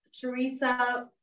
Teresa